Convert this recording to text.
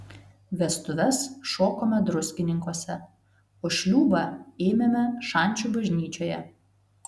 vestuves šokome druskininkuose o šliūbą ėmėme šančių bažnyčioje